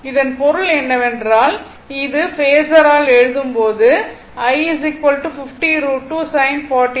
இதன் பொருள் என்னவென்றால் இது பேஸரால் எழுதும்போது i 50 √2 sin 40 t